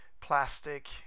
plastic